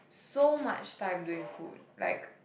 so much time doing food like